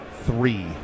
three